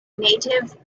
native